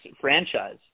franchise